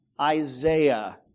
Isaiah